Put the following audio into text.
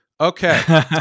okay